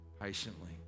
patiently